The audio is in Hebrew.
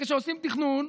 וכשעושים תכנון,